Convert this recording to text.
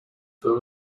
there